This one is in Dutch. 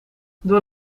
door